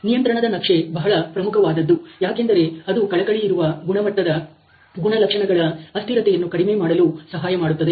ನಿಯಂತ್ರಣದ ನಕ್ಷೆ ಬಹಳ ಪ್ರಮುಖವಾದದ್ದು ಯಾಕೆಂದರೆ ಅದು ಕಳಕಳಿಯಿರುವ ಗುಣಮಟ್ಟದ ಗುಣಲಕ್ಷಣಗಳ ಅಸ್ಥಿರತೆಯನ್ನು ಕಡಿಮೆ ಮಾಡಲು ಸಹಾಯ ಮಾಡುತ್ತದೆ